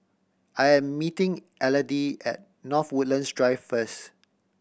I am meeting Elodie at North Woodlands Drive first